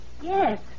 Yes